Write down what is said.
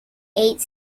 ate